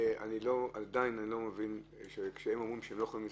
כשהם אומרים שהם לא יכולים לספור,